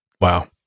wow